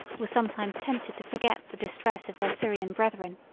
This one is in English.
were sometimes tempted to forget the distress of their syrian brethren.